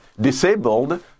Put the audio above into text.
disabled